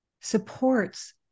supports